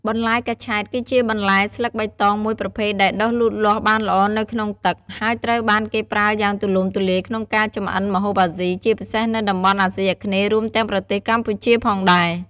បន្លែកញ្ឆែត គឺជាបន្លែស្លឹកបៃតងមួយប្រភេទដែលដុះលូតលាស់បានល្អនៅក្នុងទឹក ហើយត្រូវបានគេប្រើយ៉ាងទូលំទូលាយក្នុងការចម្អិនម្ហូបអាស៊ី ជាពិសេសនៅតំបន់អាស៊ីអាគ្នេយ៍ រួមទាំងប្រទេសកម្ពុជាផងដែរ។